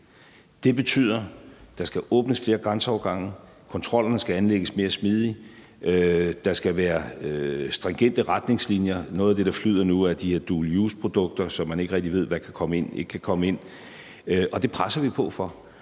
Det betyder, at der skal åbnes flere grænseovergange, kontrollerne skal anlægges mere smidigt, og der skal være stringente retningslinjer. Noget af det, der flyder nu, er de her dual use-produkter, som man ikke rigtig ved om kan komme ind eller ikke kan komme ind, og det presser vi på for.